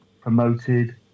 promoted